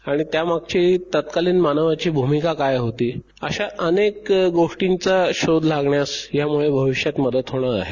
आणि त्यामागची तत्कालीन मानवाची भूमिका काय होती अशा अनेक गोष्टींचा शोध लागण्यास यामुळे भविष्यात मदत होणार आहे